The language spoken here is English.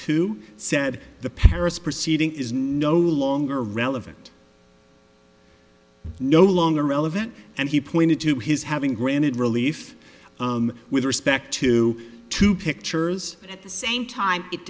two said the paris proceeding is no longer relevant no longer relevant and he pointed to his having granted relief with respect to two pictures at the same time it